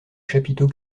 chapiteaux